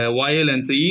violence